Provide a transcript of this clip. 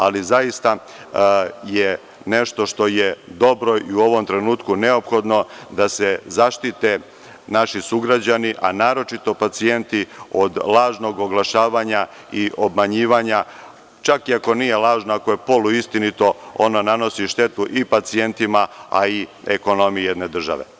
Ali, zaista je nešto što je dobro i u ovom trenutku neophodno da se zaštite naši sugrađani, a naročito pacijenti od lažnog oglašavanja i obmanjivanja, čak i ako nije lažno ako je polu-istinito ono nanosi štetu i pacijentima a i ekonomiji jedne države.